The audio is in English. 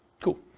Cool